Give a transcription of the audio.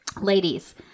Ladies